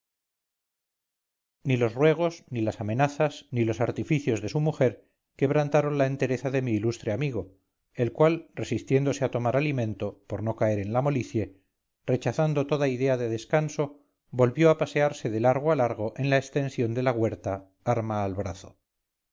ni los ruegos ni las amenazas ni los artificios de su mujer quebrantaron la entereza de mi ilustre amigo el cual resistiéndose a tomar alimento por no caer en la molicie rechazando toda idea de descanso volvió a pasearse de largo a largo en la extensión de la huerta arma al brazo